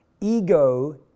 ego